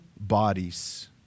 bodies